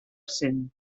cent